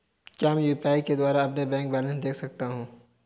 क्या मैं यू.पी.आई के द्वारा अपना बैंक बैलेंस देख सकता हूँ?